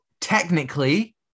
technically